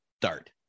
start